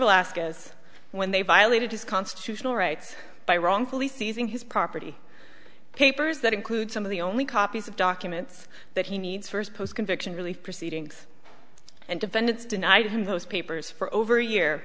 alaska's when they violated his constitutional rights by wrongfully seizing his property papers that include some of the only copies of documents that he needs first post conviction relief proceedings and defendants denied him those papers for over a year